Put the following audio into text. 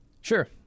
Sure